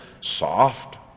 soft